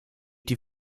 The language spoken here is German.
die